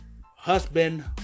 husband